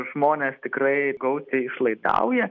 žmonės tikrai gausiai išlaidauja